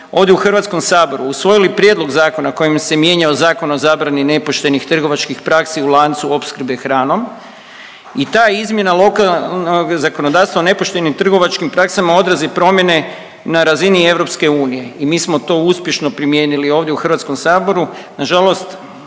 ovdje u Hrvatskom saboru usvojili prijedlog zakona kojim se mijenjao Zakon o zabrani nepoštenih trgovačkih praksi u lancu opskrbe hranom i ta izmjena lokalnog zakonodavstva o nepoštenim trgovačkim praksama odraz je promjene na razini EU i mi smo to uspješno primijenili ovdje u Hrvatskom saboru.